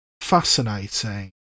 fascinating